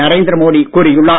நரேந்திர மோடி கூறியுள்ளார்